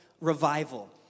revival